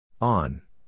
On